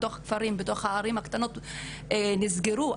כפרים וערים קטנות נסגרו.